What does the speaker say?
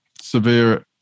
severe